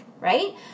right